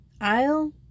I'll